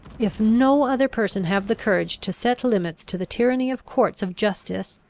if no other person have the courage to set limits to the tyranny of courts of justice,